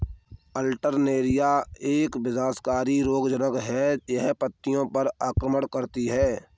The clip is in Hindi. अल्टरनेरिया एक विनाशकारी रोगज़नक़ है, यह पत्तियों पर आक्रमण करती है